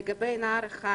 לגבי נער אחד,